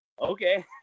okay